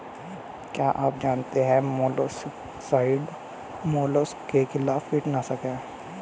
क्या आप जानते है मोलस्किसाइड्स मोलस्क के खिलाफ कीटनाशक हैं?